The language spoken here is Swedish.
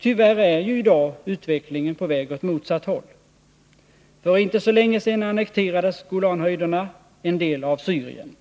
Tyvärr är i dag utvecklingen på väg åt motsatt håll. För inte så länge sedan annekterades Golanhöjderna — en del av Syrien.